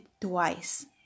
twice